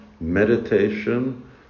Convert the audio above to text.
meditation